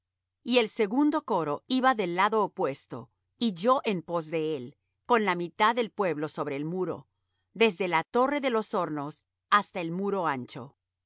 y el segundo coro iba del lado opuesto y yo en pos de él con la mitad del pueblo sobre el muro desde la torre de los hornos hasta el muro ancho y